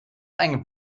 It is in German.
ein